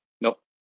Nope